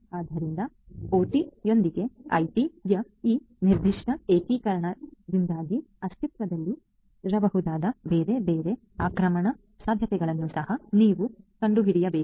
ಆದ್ದರಿಂದ OT ಯೊಂದಿಗೆ IT ಯ ಈ ನಿರ್ದಿಷ್ಟ ಏಕೀಕರಣದಿಂದಾಗಿ ಅಸ್ತಿತ್ವದಲ್ಲಿರಬಹುದಾದ ಬೇರೆ ಬೇರೆ ಆಕ್ರಮಣ ಸಾಧ್ಯತೆಗಳನ್ನು ಸಹ ನೀವು ಕಂಡುಹಿಡಿಯಬೇಕು